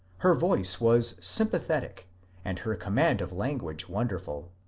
her voice was sympathetic and her command of language wonderful.